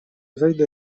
zejdę